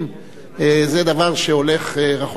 זה דבר שהולך רחוק ביותר.